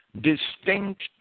distinct